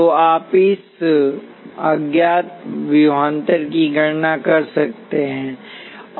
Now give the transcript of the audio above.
तो आप अज्ञात विभवांतर की गणना कर सकते हैं